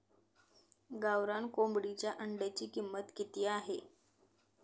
गावरान कोंबडीच्या अंड्याची किंमत किती आहे?